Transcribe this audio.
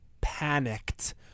panicked